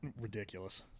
ridiculous